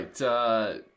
right